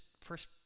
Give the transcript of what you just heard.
first